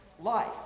life